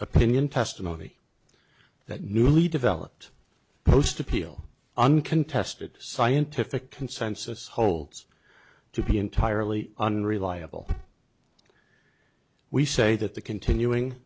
opinion testimony that newly developed post appeal uncontested scientific consensus holds to be entirely unreliable we say that the continuing